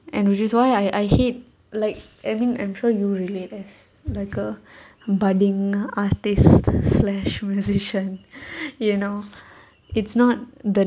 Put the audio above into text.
and which is why I I hate like I mean I'm sure you relate as like a budding artists slash musician you know it's not the